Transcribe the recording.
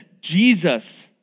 Jesus